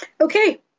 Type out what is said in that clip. Okay